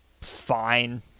fine